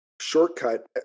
shortcut